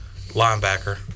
Linebacker